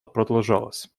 продолжалась